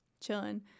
chilling